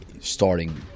starting